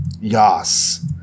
Yas